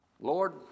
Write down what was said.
Lord